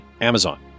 Amazon